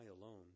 alone